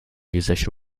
musician